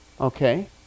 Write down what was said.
okay